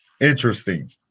Interesting